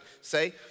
say